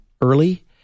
early